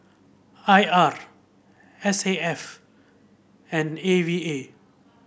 I R S A F and A V A